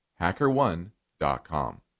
HackerOne.com